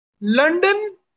London